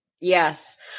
Yes